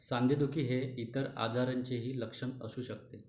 सांधेदुखी हे इतर आजारांचेही लक्षण असू शकते